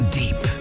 deep